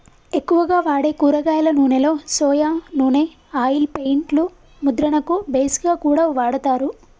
ఎక్కువగా వాడే కూరగాయల నూనెలో సొయా నూనె ఆయిల్ పెయింట్ లు ముద్రణకు బేస్ గా కూడా వాడతారు